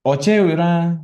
o čia jau yra